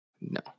no